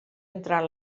entrar